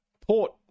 Port